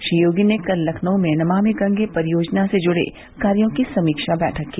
श्री योगी ने कल लखनऊ में नमामि गंगे परियोजना से जुड़े कार्यो की समीक्षा बैठक की